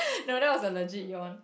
no that was a legit yawn